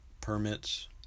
permits